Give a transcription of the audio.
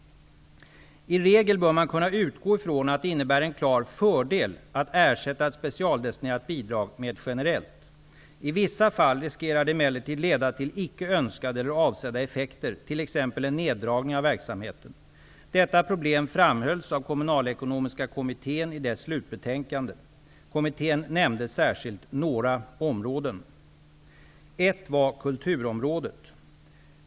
I regel bör man kunna utgå från att det innebär en klar fördel att ersätta ett specialdestinerat bidrag med ett generellt. I vissa fall riskerar det emellertid leda till icke önskade eller avsedda effekter, t.ex. en neddragning av verksamheten. Detta problem framhölls särskilt av kommunalekonomiska kommittén i dess slutbetänkande . Kommittén nämnde särskilt några områden. Ett var kulturområdet.